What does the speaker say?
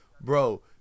Bro